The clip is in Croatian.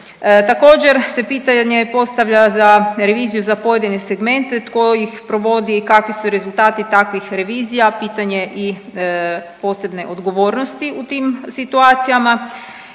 Također se pitanje postavlja za reviziju za pojedine segmente tko ih provodi i kakvi su rezultati takvih revizija, pitanje i posebne odgovornosti u tim situacijama.